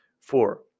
four